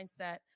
mindset